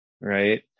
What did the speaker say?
right